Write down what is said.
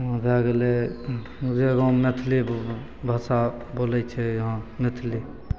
भए गेलय जे गाँवमे मैथिली भाषा बोलय छै यहाँ मैथिली